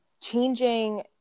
changing